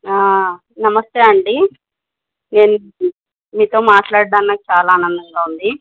నమస్తే అండి నేను మీతో మాట్లాడడం నాకు చాలా ఆనందంగా ఉంది